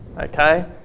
Okay